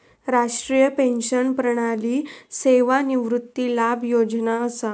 राष्ट्रीय पेंशन प्रणाली सेवानिवृत्ती लाभ योजना असा